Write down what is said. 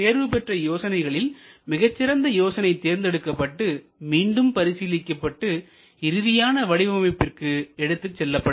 தேர்வு பெற்ற யோசனைகளில் மிகச் சிறந்த யோசனை தேர்ந்தெடுக்கப்பட்டு மீண்டும் பரிசீலிக்கப்பட்டு இறுதியான வடிவமைப்பிற்கு எடுத்துச்செல்லப்படும்